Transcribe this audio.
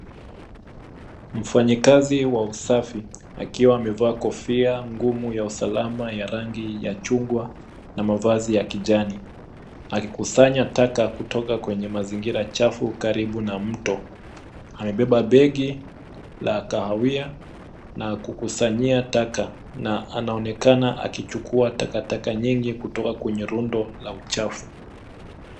Mfanyikazi wa usafi akiwa amevaa kofia ngumu ya usalama ya rangi ya chungwa na mavazi ya kijani, akikusanya taka kutoka kwenye mazingira chafu karibu na mto. Amebeba begi la kahawia na kukusanyia taka na anaonekana akichukua takataka nyingi kutoka kwenye rundo la uchafu.